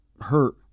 hurt